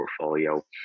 portfolio